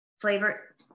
flavor